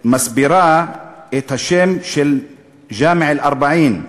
מסבירה את השם של ג'אמע אל-ארבעין,